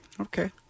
Okay